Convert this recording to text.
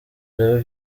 urebe